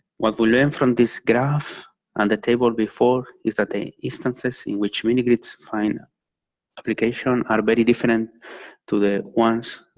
what we learn from this graph and the table before is that the instances in which mini-grids find application are very different to the ones